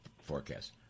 forecast